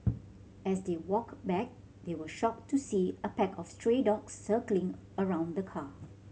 as they walked back they were shocked to see a pack of stray dogs circling around the car